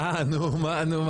אה, נו מה?